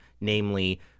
namely